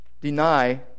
deny